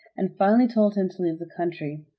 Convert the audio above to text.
and finally told him to leave the country.